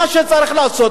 מה שצריך לעשות,